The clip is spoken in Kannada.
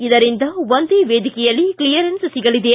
ಇದರಿಂದ ಒಂದೇ ವೇದಿಕೆಯಲ್ಲಿ ಕ್ಷೀಯರೆನ್ಸ್ ಸಿಗಲಿದೆ